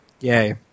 yay